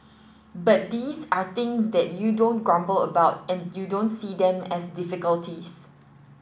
but these are things that you don't grumble about and you don't see them as difficulties